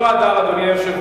זה לא הדר, אדוני היושב-ראש.